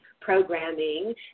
programming